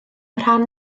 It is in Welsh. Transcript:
rhan